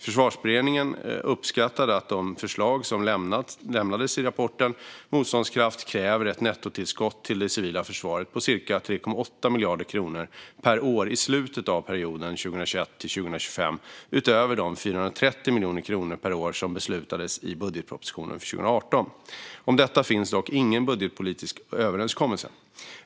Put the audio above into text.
Försvarsberedningen uppskattade att de förslag som lämnades i rapporten Motståndskraft kräver ett nettotillskott till det civila försvaret på ca 3,8 miljarder kronor per år i slutet av perioden 2021-2025, utöver de 430 miljoner kronor per år som beslutades i budgetpropositionen för 2018. Om detta finns dock ingen budgetpolitisk överenskommelse.